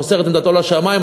מוסר את עמדתו לשמים,